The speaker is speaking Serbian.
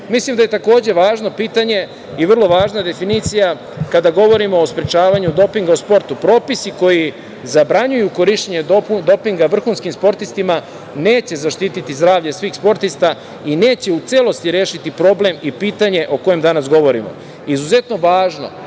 da je takođe važno pitanje i vrlo važna definicija kada govorimo o sprečavanju dopinga u sportu. Propisi koji zabranjuju korišćenje dopinga vrhunskim sportistima neće zaštiti zdravlje svih sportista i neće u celosti rešiti problem i pitanje o kojem danas govorimo. Izuzetno važno